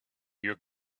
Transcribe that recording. your